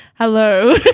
Hello